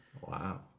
wow